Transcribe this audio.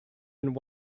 and